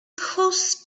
close